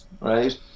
right